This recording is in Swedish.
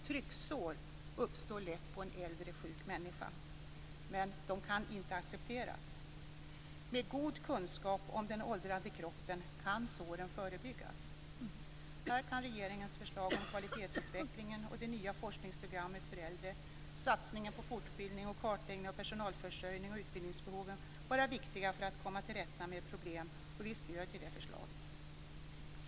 Trycksår uppstår lätt på en äldre sjuk människa, men de kan inte accepteras. Med god kunskap om den åldrande kroppen kan såren förebyggas. Här kan regeringens förslag om kvalitetsutvecklingen och det nya forskningsprogrammet för äldre, satsningen på fortbildning och kartläggning av personalförsörjningen och utbildningsbehoven vara viktiga för att komma till rätta med problem, och vi stöder det förslaget.